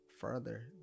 further